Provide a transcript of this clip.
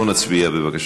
נצביע.